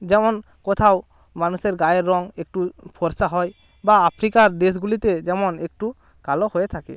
যেমন কোথাও মানুষের গায়ের রঙ একটু ফর্সা হয় বা আফ্রিকার দেশগুলিতে যেমন একটু কালো হয়ে থাকে